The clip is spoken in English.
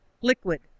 liquid